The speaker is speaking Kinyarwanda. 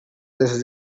zahise